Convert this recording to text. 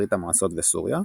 ברית המועצות וסוריה,